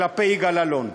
כלפי יגאל אלון.